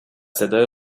صدای